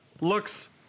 looks